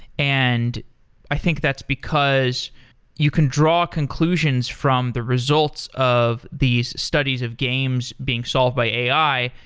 and i think that's because you can draw conclusions from the results of these studies of games being solved by ai.